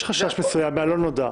יש חשש מסוים מהלא נודע.